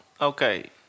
okay